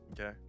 okay